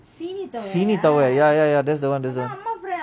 சீனிதாவை:seenithova ya ya ya that's the one